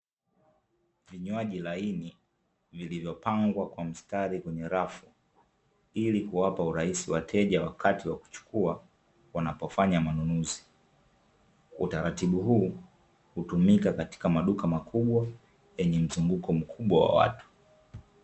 Vinywaji laini vilivyopangwa kwa mstari kwenye rafu, ili kuwapa urahisi wateja wakati wakuchukua wanapofanya manunuzi, utaratibu huu hutumika katika maduka makubwa yenye mzunguko mkubwa wa watu.